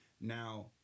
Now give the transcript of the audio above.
Now